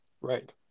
Right